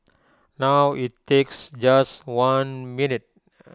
now IT takes just one minute